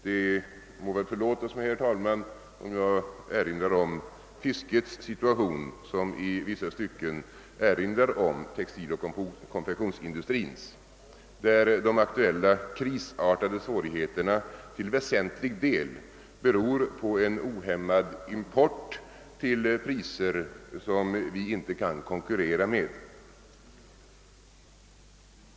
Det må väl förlåtas mig, herr talman, om jag erinrar om fiskets situation, som i vissa stycken påminner om textiloch konfektionsindustrins. De aktuella krisartade svårigheterna beror till väsentlig del på en ohämmad import till priser som vi inte kan konkurrera med.